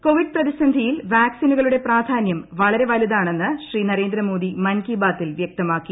Covid പ്രതിസന്ധിയിൽ വാക്സിനുകളുടെ പ്രാധാനൃം വളരെ വലുതാണെന്ന് ശ്രീ നരേന്ദ്രമോദി മൻ കി ബാതിൽ വൃക്തമാക്കി